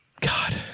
God